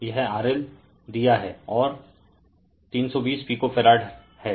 यह RL दिया हैं और 320 पिको फैरड हैं